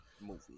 movie